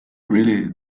really